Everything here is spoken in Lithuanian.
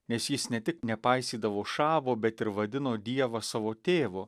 nes jis ne tik nepaisydavo šabo bet ir vadino dievą savo tėvu